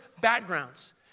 backgrounds